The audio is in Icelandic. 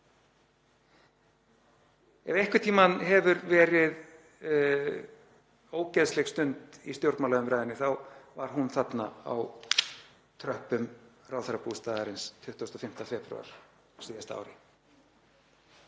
Ef einhvern tímann hefur verið ógeðsleg stund í stjórnmálaumræðunni þá var hún þarna á tröppum ráðherrabústaðarins 25. febrúar á síðasta ári.